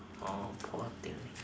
poor thing